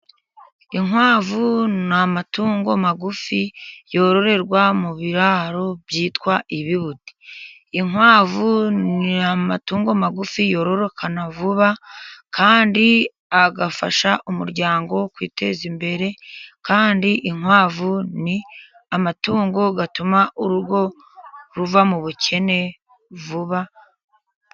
Inkwavu ni amatungo magufi yororerwa mu biraro byitwa ibibuti. Inkwavu ni amatungo magufi yororoka vuba kandi agafasha umuryango kwiteza imbere kandi inkwavu ni amatungo atuma urugo ruva mu bukene vuba.